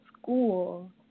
school